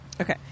Okay